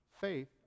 Faith